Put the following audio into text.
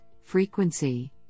frequency